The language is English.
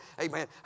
amen